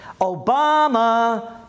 Obama